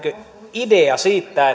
idea siitä